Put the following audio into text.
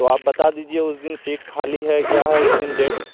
تو آپ بتا دیجیے اس دن سیٹ خالی ہے کیا ہے اس دن ڈیٹ